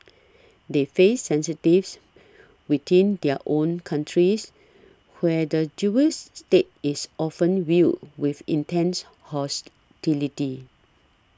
they face sensitivities within their own countries where the Jewish state is often viewed with intense hostility